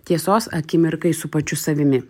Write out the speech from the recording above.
tiesos akimirkai su pačiu savimi